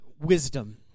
wisdom